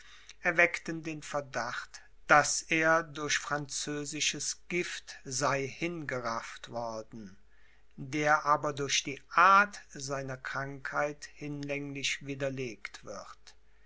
erweckten den verdacht daß er durch französisches gift sei hingerafft worden der aber durch die art seiner krankheit hinlänglich widerlegt wird